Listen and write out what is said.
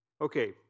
Okay